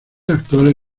actual